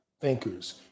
thinkers